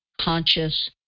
conscious